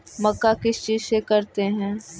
मक्का किस चीज से करते हैं?